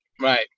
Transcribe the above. Right